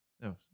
No